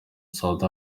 south